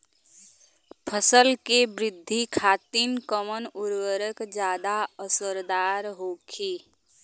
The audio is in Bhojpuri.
फसल के वृद्धि खातिन कवन उर्वरक ज्यादा असरदार होखि?